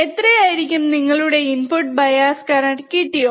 എത്രയായിരിക്കും നിങ്ങളുടെ input bias current കിട്ടിയോ